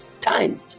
time